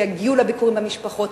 שיגיעו לביקורים במשפחות.